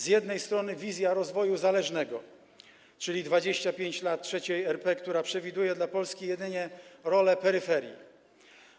Z jednej strony wizja rozwoju zależnego, czyli 25 lat III RP, która przewiduje dla Polski jedynie rolę peryferii.